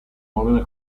ordine